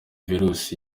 virus